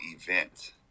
event